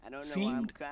seemed